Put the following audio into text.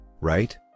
right